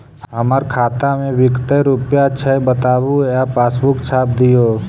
हमर खाता में विकतै रूपया छै बताबू या पासबुक छाप दियो?